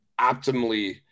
optimally